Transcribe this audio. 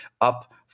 up